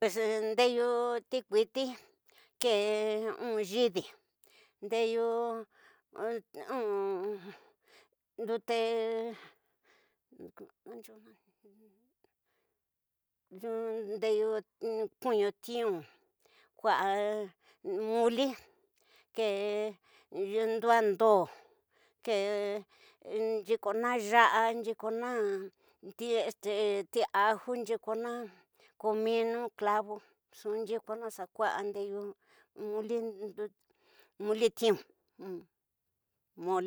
Pues ndeyu tikuiti keé nyidi, ndeyu mnindute, ndeyu kuuñu tiyu ñupa muli, keé nduando, keé nyikona yara nyikona, tiañu nyikona komunu, kuuvu nxu nyikona xa kuwa ndeyu muli ti´u